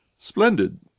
Splendid